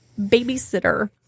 babysitter